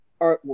artwork